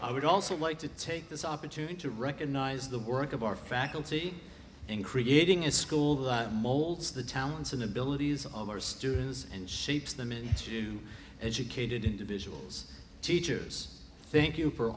i would also like to take this opportunity to recognize the work of our faculty in creating a school that molds the talents and abilities of our students and shapes them and educated individuals teachers thank you for